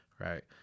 Right